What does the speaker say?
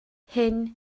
hyn